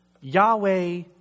Yahweh